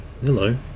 hello